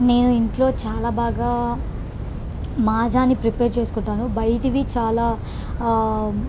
నేను ఇంట్లో చాలా బాగా మాజాని ప్రిపేర్ చేసుకుంటాను బయటవి చాలా